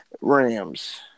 Rams